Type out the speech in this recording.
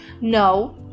No